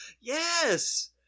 Yes